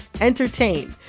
entertain